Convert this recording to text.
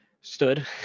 stood